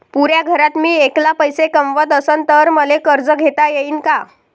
पुऱ्या घरात मी ऐकला पैसे कमवत असन तर मले कर्ज घेता येईन का?